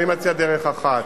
אני מציע דרך אחת: